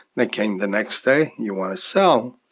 they came the next day, you want to sell?